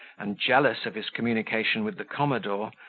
and jealous of his communication with the commodore,